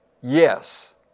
Yes